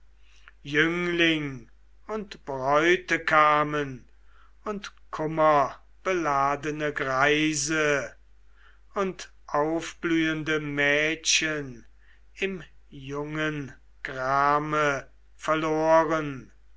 jüngling und bräute kamen und kummerbeladene greise und aufblühende mädchen im jungen grame verloren